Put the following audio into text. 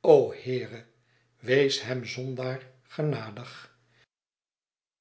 heere wees hem zondaar